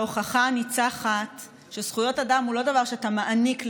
וההוכחה הניצחת לכך שזכויות אדם הן לא דבר שאתה מעניק למישהו,